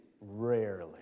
Rarely